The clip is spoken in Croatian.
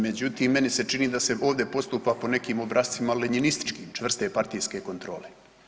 Međutim, meni se čini da se ovdje postupa po nekim obrascima Lenjinističkim čvrste partijske kontrole.